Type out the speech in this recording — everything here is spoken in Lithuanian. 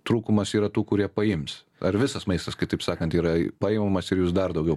trūkumas yra tų kurie paims ar visas maistas kitaip sakant yra paimamas ir jūs dar daugiau